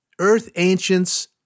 earthancients